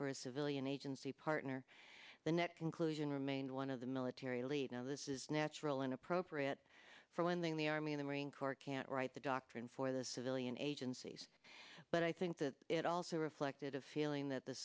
for a civilian agency partner the net conclusion remains one of the military leader now this is natural and appropriate for one thing the army the marine corps can't write the doctrine for the civilian agencies but i think the it also reflected a feeling that the